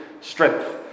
strength